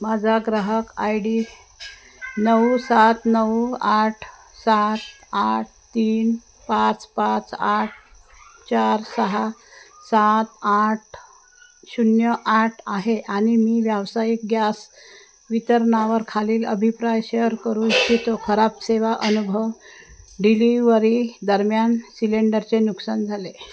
माझा ग्राहक I D नऊ सात नऊ आठ सात आठ तीन पाच पाच आठ चार सहा सात आठ शून्य आठ आहे आणि मी व्यावसायिक गॅस वितरणावर खालील अभिप्राय शेअर करू इच्छितो खराब सेवा अनुभव डिलिवरी दरम्यान सिलेंडरचे नुकसान झाले